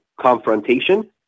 confrontation